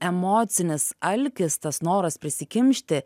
emocinis alkis tas noras prisikimšti